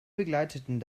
begleiteten